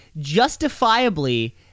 justifiably –